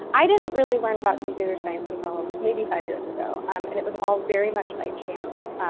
i didn't really learn about computer science until maybe five years ago. um and it was all very much by chance.